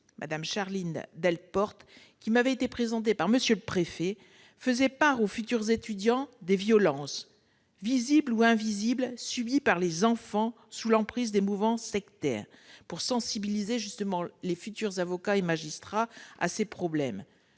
Mme Charline Delporte, qui m'avait été présentée par M. le préfet, faisait part aux étudiants des violences, visibles ou non, subies par les enfants placés sous l'emprise de mouvements sectaires, afin de sensibiliser les futurs avocats et magistrats à ces problèmes.